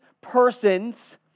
persons